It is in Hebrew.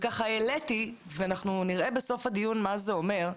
העליתי ואנחנו נראה בסוף הדיון מה זה אומר,